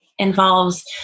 Involves